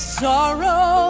sorrow